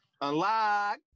Unlock